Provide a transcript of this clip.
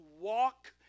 walk